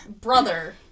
brother